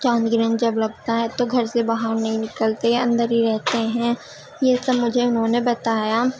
چاند گرہن جب لگتا ہے تو گھر سے باہر نہیں نکلتے اندر ہی رہتے ہیں یہ سب مجھے انہوں نے بتایا